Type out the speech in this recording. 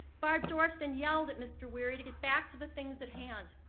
barb dorff then yelled at mr. wery to get back to the things at hand.